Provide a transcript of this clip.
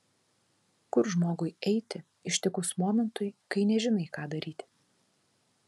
kur žmogui eiti ištikus momentui kai nežinai ką daryti